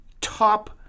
top